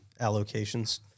allocations